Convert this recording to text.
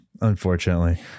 unfortunately